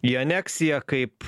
į aneksiją kaip